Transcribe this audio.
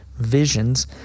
visions